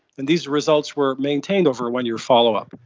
and these results were maintained over a one-year follow-up.